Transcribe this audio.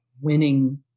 winning